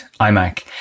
iMac